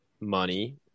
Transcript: money